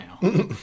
now